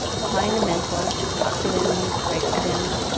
find a mentor, talk to them, write to them,